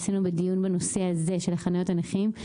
עשינו דיון בנושא הזה של חניות הנכים.